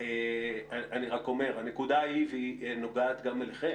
אני רק אומר: הנקודה, והיא נוגעת גם אליכם,